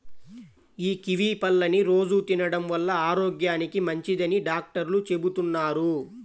యీ కివీ పళ్ళని రోజూ తినడం వల్ల ఆరోగ్యానికి మంచిదని డాక్టర్లు చెబుతున్నారు